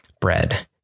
bread